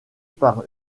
par